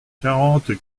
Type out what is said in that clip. quarante